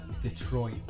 Detroit